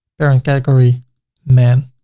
parent category man,